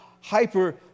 hyper